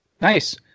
Nice